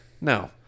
no